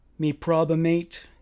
Meprobamate